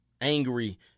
Angry